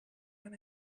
when